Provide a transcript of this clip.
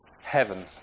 Heaven